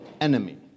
enemy